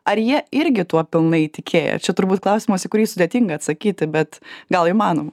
ar jie irgi tuo pilnai įtikėję čia turbūt klausimas į kurį sudėtinga atsakyti bet gal įmanoma